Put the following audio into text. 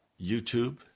YouTube